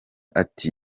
ati